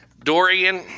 Dorian